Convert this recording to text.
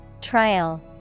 Trial